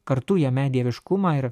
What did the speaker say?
kartu jame dieviškumą ir